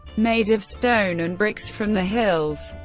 made of stone and bricks from the hills,